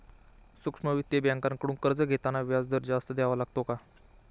सूक्ष्म वित्तीय बँकांकडून कर्ज घेताना व्याजदर जास्त द्यावा लागतो का?